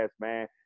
man